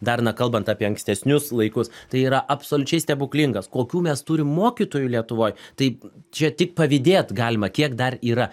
dar na kalbant apie ankstesnius laikus tai yra absoliučiai stebuklingas kokių mes turim mokytojų lietuvoj tai čia tik pavydėt galima kiek dar yra